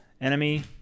enemy